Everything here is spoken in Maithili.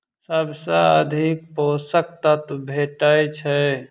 सबसँ अधिक पोसक तत्व भेटय छै?